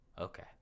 okay